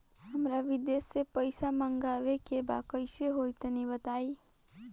हमरा विदेश से पईसा मंगावे के बा कइसे होई तनि बताई?